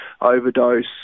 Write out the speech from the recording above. overdose